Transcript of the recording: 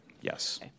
yes